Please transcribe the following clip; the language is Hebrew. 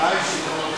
הודעה אישית,